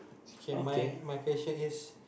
K my my question is